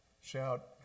shout